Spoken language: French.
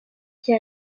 qui